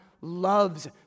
loves